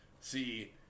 See